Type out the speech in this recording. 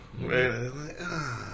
right